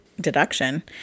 deduction